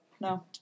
No